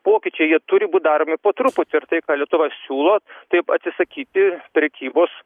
pokyčiai jie turi būt daromi po truputį ir tai ką lietuva siūlo taip atsisakyti prekybos